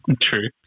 True